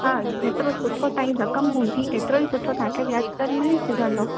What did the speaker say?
हा जेतिरो सुठो तव्हां ई रमक़ हूंदी एतिरो ई सुठो तव्हां खे व्याजु दर मिली सघंदो